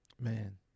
Man